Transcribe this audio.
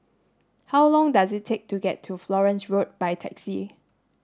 how long does it take to get to Florence Road by taxi